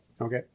Okay